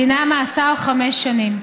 דינה מאסר חמש שנים.